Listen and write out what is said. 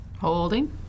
Holding